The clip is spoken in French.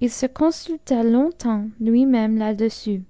il se consulta longtemps lui-même là-dessus